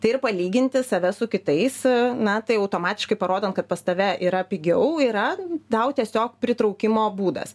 tai ir palyginti save su kitais na tai automatiškai parodant kad pas tave yra pigiau yra tau tiesiog pritraukimo būdas